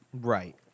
Right